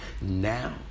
Now